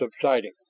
subsiding